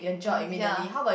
ya